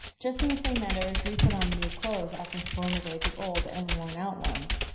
just in the same manner as we put on new clothes after throwing away the old and worn-out ones.